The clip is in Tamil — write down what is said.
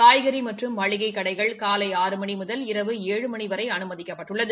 காய்கறி மற்றும் மளிகைக் கடைகள் காலை ஆறு மணி முதல் இரவு ஏழு மணி வரை அனுமதிக்கப்பட்டுள்ளது